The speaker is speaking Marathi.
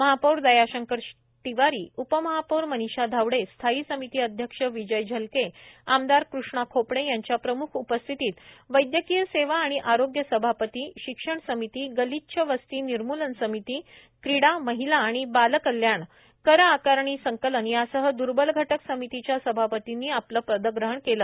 महापौर दयाशंकर तिवारी उप महापौर मनीषा धावडे स्थायी समिति अध्यक्ष विजय झलके आमदार कृष्णा खोपडे यांच्या प्रम्ख उपस्थितित वैद्यकीय सेवा आणि आरोग्य सभापति शिक्षण समिति गलिच्छ वस्ती निर्मूलन समिति क्रीडा महिला आणि बाल कल्याण कर आकारणी संकलन यासह द्र्बल घटक समितिच्या सभापतिंनी आपले प्रदग्रहण केले